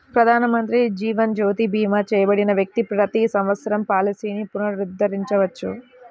ప్రధానమంత్రి జీవన్ జ్యోతి భీమా చేయబడిన వ్యక్తి ప్రతి సంవత్సరం పాలసీని పునరుద్ధరించవచ్చు